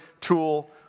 tool